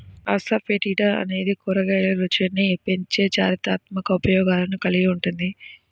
asafoetida అనేది కూరగాయల రుచిని పెంచే చారిత్రాత్మక ఉపయోగాలను కలిగి ఉంటుంది